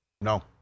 No